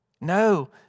No